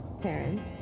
parents